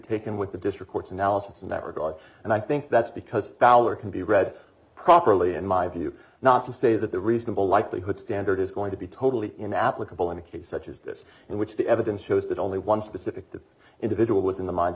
taken with the district court's analysis in that regard and i think that's because power can be read properly in my view not to say that the reasonable likelihood standard is going to be totally in applicable in a case such as this in which the evidence shows that only one specific the individual was in the mind